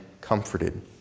comforted